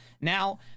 now